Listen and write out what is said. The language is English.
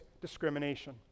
discrimination